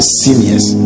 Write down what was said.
seniors